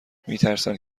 میترسند